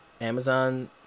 Amazon